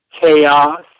chaos